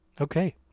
Okay